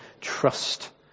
trust